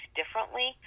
differently